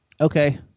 Okay